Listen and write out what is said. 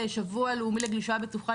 לאומי לגישה בטוחה,